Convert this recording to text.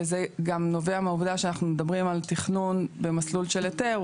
וזה גם נובע מהעובדה שאנחנו מדברים על תכנון במסלול של היתר,